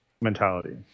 mentality